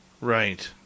Right